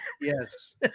Yes